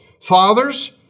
Fathers